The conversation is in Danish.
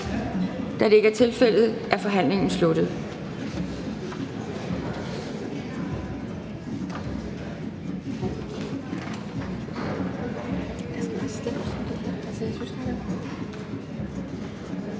Da det ikke er tilfældet, er forhandlingen sluttet.